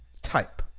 type,